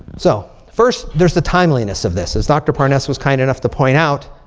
so first, there's the timeliness of this. as dr. parnes was kind enough to point out.